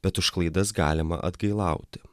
bet už klaidas galima atgailauti